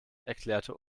erklärte